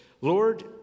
Lord